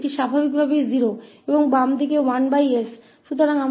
यह स्वाभाविक रूप से 0 है और बाईं ओर 1s है